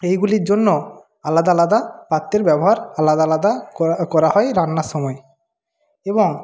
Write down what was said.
এইগুলির জন্য আলাদা আলাদা পাত্রের ব্যবহার আলাদা আলাদা করা করা হয় রান্নার সময় এবং